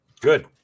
Good